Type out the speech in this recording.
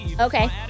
Okay